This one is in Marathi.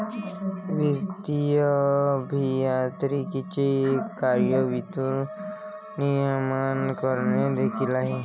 वित्तीय अभियांत्रिकीचे एक कार्य वित्त नियमन करणे देखील आहे